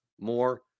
more